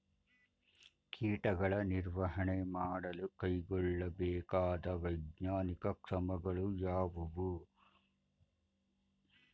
ಕೀಟಗಳ ನಿರ್ವಹಣೆ ಮಾಡಲು ಕೈಗೊಳ್ಳಬೇಕಾದ ವೈಜ್ಞಾನಿಕ ಕ್ರಮಗಳು ಯಾವುವು?